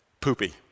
poopy